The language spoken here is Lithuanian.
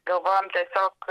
galvojom tiesiog